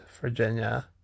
Virginia